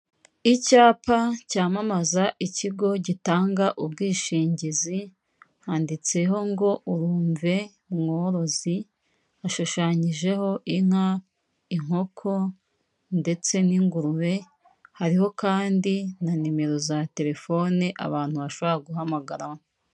Icyapa cyamamaza ikigo gitanga ubwishingizi handitseho ngo "Urumve Mworozi," ashushanyijeho inka, inkoko, ndetse n'ingurube. Hariho kandi na nimero za telefoni abantu bashobora guhamagaramo.